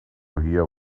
hear